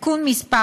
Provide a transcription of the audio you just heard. (תיקון מס'